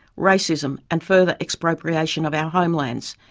racism and further expropriation of our homelands,